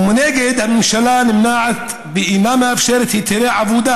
ומנגד הממשלה נמנעת ואינה מאפשרת היתרי עבודה